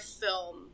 film